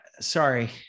sorry